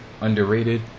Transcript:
underrated